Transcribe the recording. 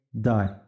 die